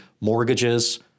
mortgages